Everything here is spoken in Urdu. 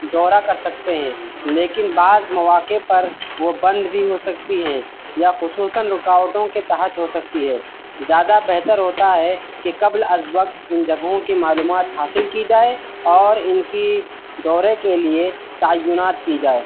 دورہ کر سکتے ہیں لیکن بعض مواقع پر وہ بند بھی ہو سکتی ہیں یا خصوصاً رکاوٹوں کے تحت ہو سکتی ہے زیادہ بہتر ہوتا ہے کہ قبل از وقت ان جگہوں کی معلومات حاصل کی جائے اور ان کی دورے کے لیے تعینات کی جائے